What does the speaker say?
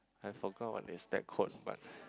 I forgot what is that quote but